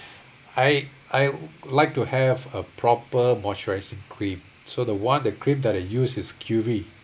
I I like to have a proper moisturising cream so the one that cream that I use is Q_V